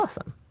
awesome